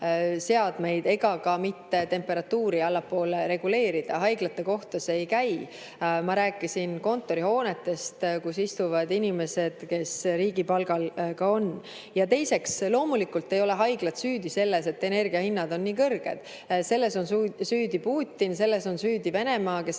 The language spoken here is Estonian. seadmeid ega ka mitte temperatuuri allapoole reguleerida. Haiglate kohta see ei käi. Ma rääkisin kontorihoonetest, kus istuvad inimesed, kes riigi palgal on. Ja teiseks, loomulikult ei ole haiglad süüdi selles, et energiahinnad on nii kõrged. Selles on süüdi Putin, selles on süüdi Venemaa, kes seda